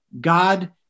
God